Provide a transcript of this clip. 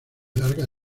larga